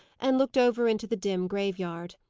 and looked over into the dim graveyard.